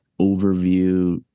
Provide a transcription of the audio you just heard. overview